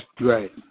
right